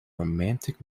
romantic